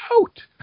out